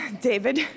David